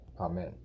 Amen